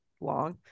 long